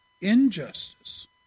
injustice